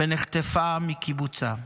ונחטפה מקיבוצה,